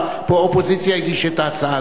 באופוזיציה, הגיש את ההצעה הזאת.